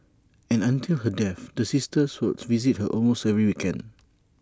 and until her death the sisters would visit her almost every weekend